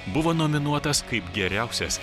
buvo nominuotas kaip geriausias